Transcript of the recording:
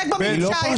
יש